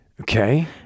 Okay